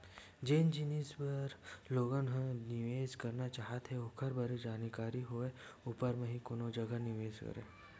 जेन जिनिस बर लोगन ह निवेस करना चाहथे ओखर बने जानकारी होय ऊपर म ही कोनो जघा निवेस करय